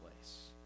place